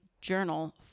journal